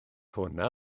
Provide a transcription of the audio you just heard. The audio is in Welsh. hwnna